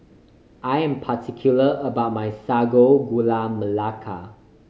I am particular about my Sago Gula Melaka